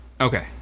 okay